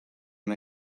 and